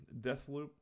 Deathloop